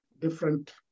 different